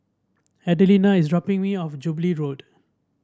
Adelina is dropping me off Jubilee Road